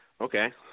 Okay